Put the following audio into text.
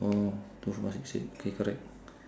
two four six eight K correct